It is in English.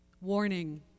Warning